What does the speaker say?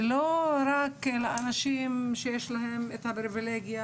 ולא רק לאנשים שיש להם את הפריבילגיה